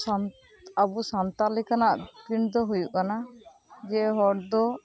ᱥᱟᱱ ᱟᱵᱚ ᱥᱟᱱᱛᱟᱞ ᱞᱮᱠᱟᱱᱟᱜ ᱪᱤᱱᱛᱟᱹ ᱦᱳᱭᱳᱜ ᱠᱟᱱᱟ ᱡᱮᱹ ᱦᱚᱲ ᱫᱚ